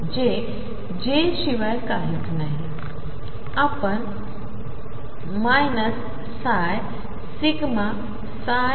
शिवायकाहीचनाही